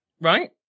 right